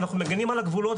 אני מגינים על הגבולות,